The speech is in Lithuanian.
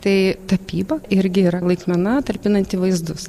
tai tapyba irgi yra laikmena talpinanti vaizdus